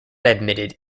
admitted